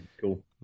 cool